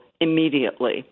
immediately